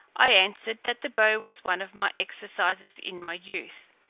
i answered, that the bow was one of my exercises in my youth.